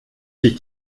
sich